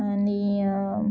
आनी